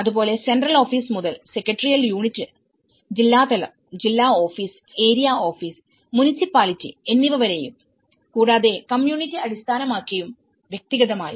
അതുപോലെ central office മുതൽ secretarial unit ജില്ലാ തലം ജില്ലാ ഓഫീസ്ഏരിയ ഓഫീസ് മുനിസിപ്പാലിറ്റി എന്നിവ വരെയും കൂടാതെ കമ്മ്യൂണിറ്റി അടിസ്ഥാനമാക്കിയും വ്യക്തിഗതമായും